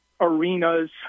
arenas